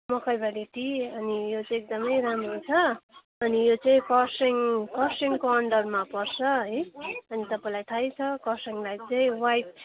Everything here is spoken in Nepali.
मकैबारी टी अनि यो चाहिँ एकदमै राम्रो छ अनि यो चाहिँ कर्सियाङ कर्सियाङको अन्डरमा पर्छ है अनि तपाईँलाई थाहै छ कर्सियाङलाई चाहिँ ह्वाइट